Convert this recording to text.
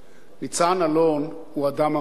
ניצן אלון הוא אדם אמיץ.